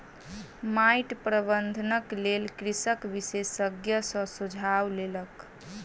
माइट प्रबंधनक लेल कृषक विशेषज्ञ सॅ सुझाव लेलक